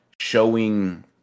showing